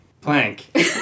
plank